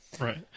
Right